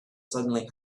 suddenly